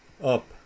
up